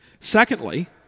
Secondly